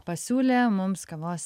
pasiūlė mums kavos